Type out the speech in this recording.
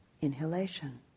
inhalation